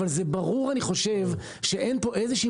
אבל אני חושב שזה ברור שאין פה איזושהי